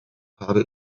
habe